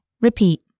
Repeat